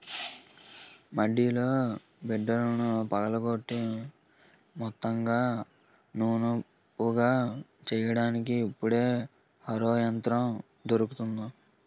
మడిలో బిడ్డలను పగలగొట్టి మెత్తగా నునుపుగా చెయ్యడానికి ఇప్పుడు హరో యంత్రం దొరుకుతుంది